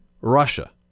Russia